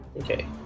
Okay